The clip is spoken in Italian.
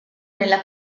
nella